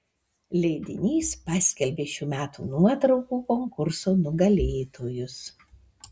leidinys paskelbė šių metų nuotraukų konkurso nugalėtojus